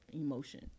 emotion